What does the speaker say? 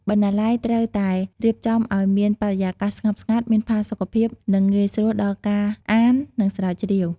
បណ្ណាល័យត្រូវតែរៀបចំឱ្យមានបរិយាកាសស្ងប់ស្ងាត់ មានផាសុកភាព និងងាយស្រួលដល់ការអាន និងស្រាវជ្រាវ។